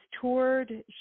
toured